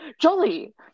Jolly